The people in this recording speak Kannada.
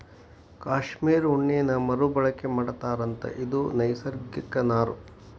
ಕಾಶ್ಮೇರ ಉಣ್ಣೇನ ಮರು ಬಳಕೆ ಮಾಡತಾರಂತ ಇದು ನೈಸರ್ಗಿಕ ನಾರು